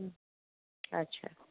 হুম আচ্ছা